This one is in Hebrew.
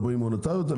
מוניטריות,